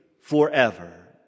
forever